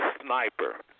sniper